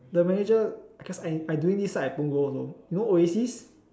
the manager cos I I doing this side at Punggol also you know Oasis